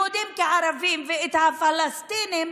יהודים כערבים ואת הפלסטינים,